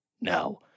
Now